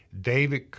David